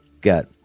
got